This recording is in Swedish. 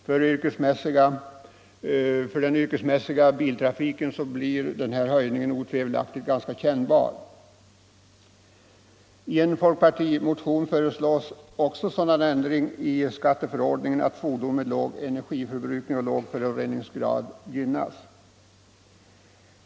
För den yrkesmässiga biltrafiken blir höjningen otvivelaktigt ganska kännbar. I en folkpartimotion föreslås också sådan ändring i skatteförordningen att fordon med låg energiförbrukning och låg föroreningsgrad gynnas.